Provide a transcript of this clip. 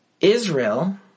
Israel